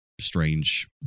strange